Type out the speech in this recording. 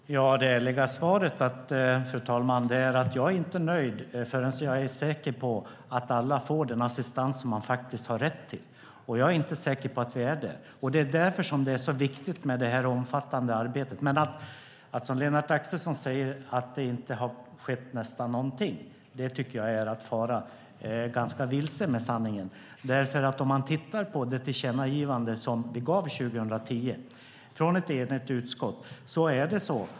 Fru talman! Det ärliga svaret är att jag inte är nöjd förrän jag är säker på att alla får den assistans som de har rätt till. Jag är inte säker på att vi är där. Det är därför som det är så viktigt med det omfattande arbetet. Att som Lennart Axelsson säga att det nästan inte har skett någonting tycker jag är att fara ganska vilse med sanningen. Man kan titta på det tillkännagivande som vi gav 2010 från ett enigt utskott.